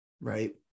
right